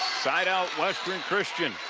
side out western christian.